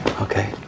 okay